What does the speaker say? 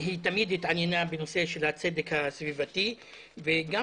היא תמיד התעניינה בנושא הצדק הסביבתי וגם